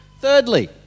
Thirdly